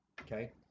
okay